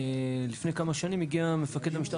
לפני כמה שנים הגיע מפקד המשטרה,